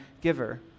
giver